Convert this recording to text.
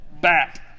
bat